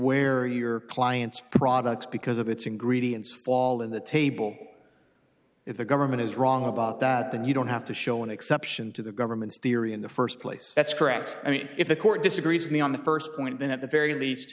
where your client's products because of its ingredients fall in the table if the government is wrong about that then you don't have to show an exception to the government's theory in the first place that's correct i mean if the court disagrees with me on the first point then at the very least